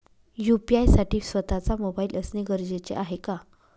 UPI साठी स्वत:चा mobile असणे गरजेचे आहे का?